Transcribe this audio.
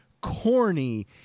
corny